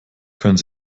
können